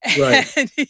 Right